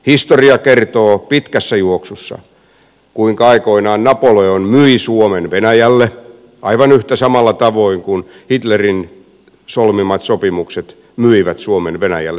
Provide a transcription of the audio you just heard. historia kertoo pitkässä juoksussa kuinka aikoinaan napoleon myi suomen venäjälle aivan samalla tavoin kuin hitlerin solmimat sopimukset myivät suomen venäjälle toiseen kertaan